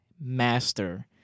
master